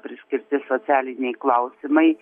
priskirti socialiniai klausimai